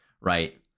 right